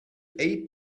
eight